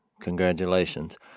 Congratulations